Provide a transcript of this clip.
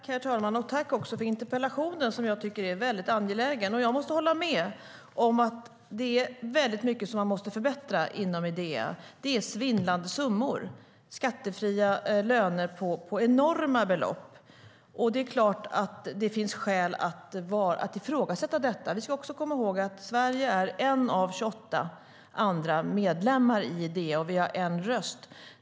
Herr talman! Tack, Bodil Ceballos, för interpellationen, som jag tycker är väldigt angelägen. Jag måste hålla med om att det är väldigt mycket inom Idea som man måste förbättra. Det är svindlande summor, skattefria löner på enorma belopp. Det är klart att det finns skäl att ifrågasätta detta. Vi ska också komma ihåg att Sverige är en av 28 andra medlemmar i Idea, och vi har en röst.